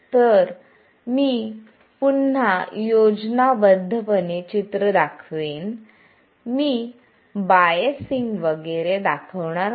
तर मी पुन्हा योजनाबद्धपणे चित्र दाखवेल मी बायसिंग वगैरे दाखवणार नाही